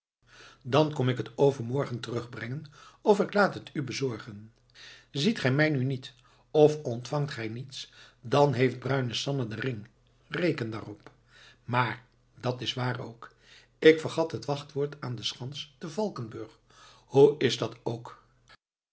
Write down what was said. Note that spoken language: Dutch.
dan kom ik het overmorgen terugbrengen of ik laat het u bezorgen ziet gij mij nu niet of ontvangt gij niets dan heeft bruine sanne den ring reken daarop maar dat is waar ook ik vergat het wachtwoord aan de schans te valkenburg hoe is dat ook